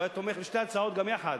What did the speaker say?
הוא היה תומך בשתי ההצעות גם יחד,